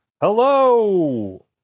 hello